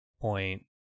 point